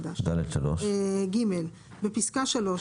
מיוחד,"; בפסקה (3),